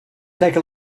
take